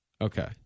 Okay